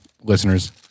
listeners